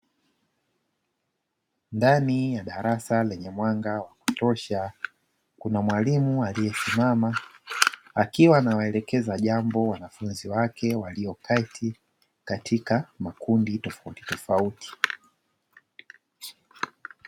Ndani ya darasa lenye mwanga wa kutosha, kuna mwalimu aliyesimama, akiwa anawaelekeza jambo wanafunzi wake walioketi katika makundi tofautitofauti.